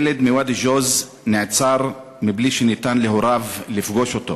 ילד מוואדי-ג'וז נעצר מבלי שניתן להוריו לפגוש אותו